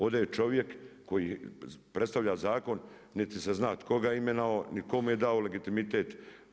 Ovdje je čovjek koji predstavlja zakon, niti se zna tko ga je imenovao, niti tko mu je dao legitimitet.